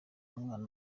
mwana